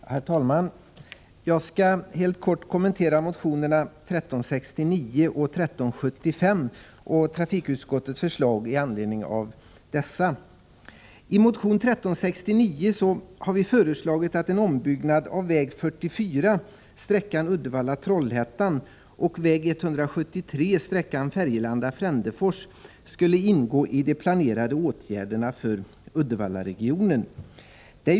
Herr talman! Jag skall helt kort kommentera motionerna 1369 och 1375 och trafikutskottets förslag med anledning av dessa. I motion 1369 har vi föreslagit att en ombyggnad av väg 44 sträckan Uddevalla-Trollhättan och väg 173 sträckan Färgelanda-Frändefors skall ingå i de planerade åtgärderna för Uddevallaregionen.